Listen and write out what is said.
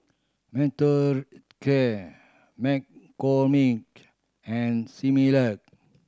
Mothercare McCormick and Similac